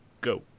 go